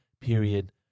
period